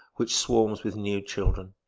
which swarms with nude children.